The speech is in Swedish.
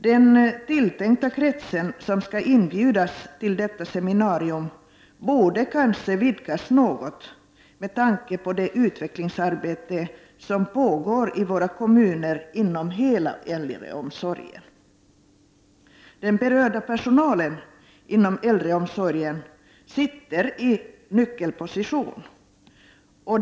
Den tilltänkta kretsen som skall inbjudas till detta seminarium borde kanske vidgas något med tanke på det utvecklingsarbete som pågår i våra kommuner inom hela äldreomsorgen. Den berörda personalen inom äldreomsorgen sitter i en nyckelposition.